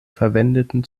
verwendeten